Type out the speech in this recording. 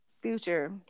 Future